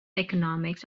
economics